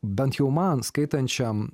bent jau man skaitančiam